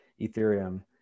ethereum